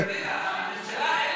הממשלה,